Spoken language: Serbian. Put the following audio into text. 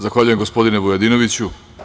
Zahvaljujem gospodine Vujadinoviću.